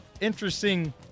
interesting